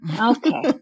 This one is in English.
Okay